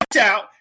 out